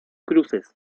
cruces